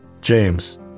James